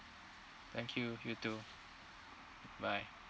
thank you you too bye